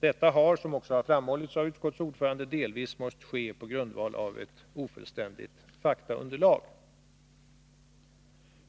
Detta har, som också framhållits av utskottets ordförande, delvis måst ske på grundval av ett ofullständigt faktaunderlag.